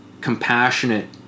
compassionate